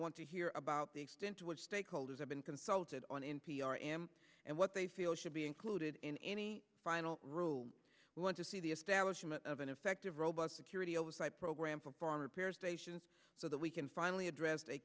want to hear about the extent to which stakeholders have been consulted on n p r am and what they feel should be included in any final rule we want to see the establishment of an effective robust security oversight program for foreign repair stations so that we can finally address